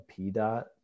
PDOT